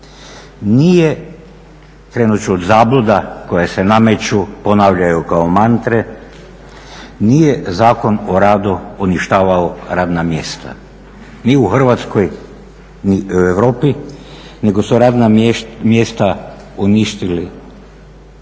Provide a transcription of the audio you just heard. Nije, krenuti ću od zabluda koje se nameću, ponavljaju kao mantre, nije Zakon o radu uništavao radna mjesta ni u Hrvatskoj ni u Europi nego su radna mjesta uništili